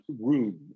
room